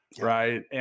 right